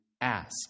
ask